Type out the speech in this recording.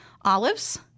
olives